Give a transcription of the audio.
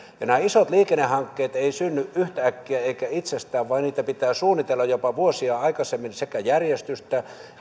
nämä isot liikennehankkeet eivät synny yhtäkkiä eivätkä itsestään vaan niitä pitää suunnitella jopa vuosia aikaisemmin sekä järjestystä